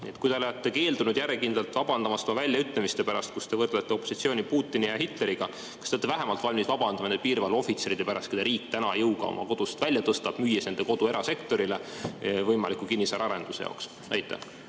et te olete keeldunud järjekindlalt vabandamast oma väljaütlemiste pärast, kus te võrdlete opositsiooni Putini ja Hitleriga, aga kas te olete vähemalt valmis vabandama nende piirivalveohvitseride ees, keda riik täna jõuga oma kodust välja tõstab, müües nende kodu erasektorile võimaliku kinnisvaraarenduse jaoks? Austatud